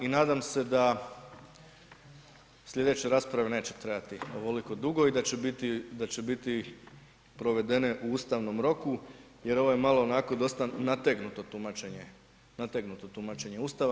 I nadam se da sljedeća rasprava neće trajati ovoliko dugo i da će biti provedene u ustavnom roku jer ovo je malo onako dosta nategnuto tumačenje, nateknuto tumačenje Ustava.